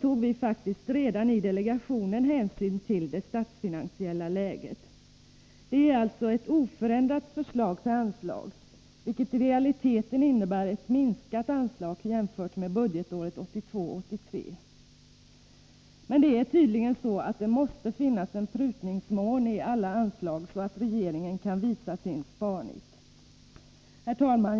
tog vi faktiskt redan då hänsyn till det statsfinansiella läget. Det är alltså ett förslag till oförändrat anslag, vilket i realiteten innebär ett minskat anslag jämfört med budgetåret 1982/83. Men tydligen måste det finnas en prutmån i alla anslag, så att regeringen kan visa sitt sparnit. Herr talman!